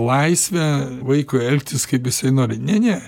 laisvę vaikui elgtis kaip jisai nori ne ne